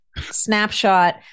snapshot